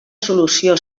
solució